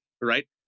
right